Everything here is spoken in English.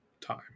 time